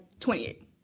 28